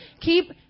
Keep